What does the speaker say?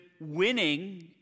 winning